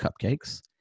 cupcakes